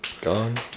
Gone